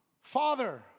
Father